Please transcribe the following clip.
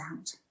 out